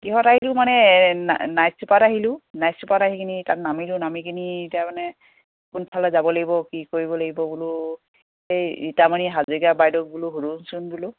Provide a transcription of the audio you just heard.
কিহঁত আহিলোঁ মানে নাইট চুপাৰত আহিলোঁ নাইট চুপাৰত আহি কিনি তাত নামিলোঁ নামিখিনি এতিয়া মানে কোনফালে যাব লাগিব কি কৰিব লাগিব বোলো এই ৰীতামানি হাজৰিকা বাইদেউ বোলো সুধোচোন বোলো